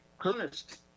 honest